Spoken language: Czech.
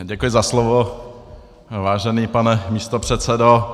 Děkuji za slovo, vážený pane místopředsedo.